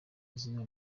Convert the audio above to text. izina